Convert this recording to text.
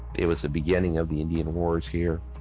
it was the beginning of the indian wars here,